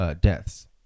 deaths